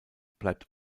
bleibt